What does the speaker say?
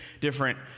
different